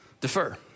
defer